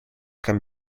can